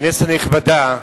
כנסת נכבדה,